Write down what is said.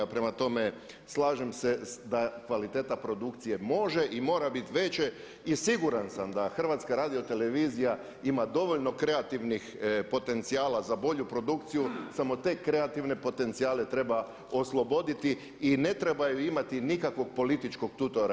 Prema tome, slažem se da kvaliteta produkcije može i mora biti veća i siguran sam da HRT ima dovoljno kreativnih potencijala za bolju produkciju samo te kreativne potencijale treba osloboditi i ne trebaju imati nikakvog političkog tutora.